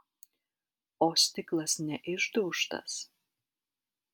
o stiklas neišdaužtas